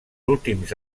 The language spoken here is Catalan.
últims